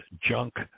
junk